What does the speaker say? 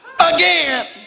again